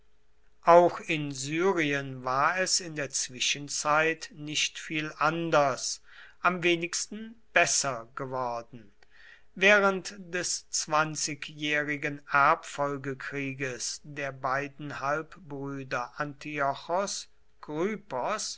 auch in syrien war es in der zwischenzeit nicht viel anders am wenigsten besser geworden während des zwanzigjährigen erbfolgekrieges der beiden halbbrüder